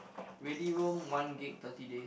ready roam one gig thirty days